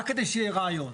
רק כדי שיהיה רעיון.